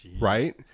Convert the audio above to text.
Right